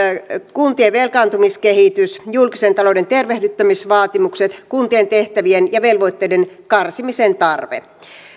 kuntien velkaantumiskehitys julkisen talouden tervehdyttämisvaatimukset kuntien tehtävien ja velvoitteiden karsimisen tarve